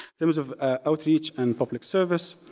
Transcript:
terms of outreach and public service,